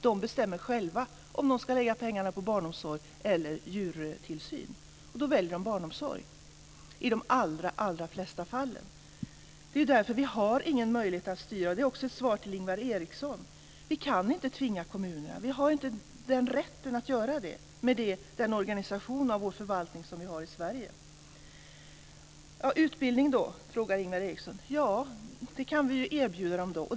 De bestämmer själva om de ska lägga pengarna på barnomsorg eller djurtillsyn, och då väljer de barnomsorg i de allra flesta fall. Det är därför vi inte har någon möjlighet att styra. Det är också ett svar till Ingvar Eriksson. Vi kan inte tvinga kommunerna. Vi har inte rätten att göra det med den organisation av vår förvaltning som vi har i Sverige. Ingvar Eriksson ställde en fråga om utbildning. Vi kan erbjuda dem utbildning.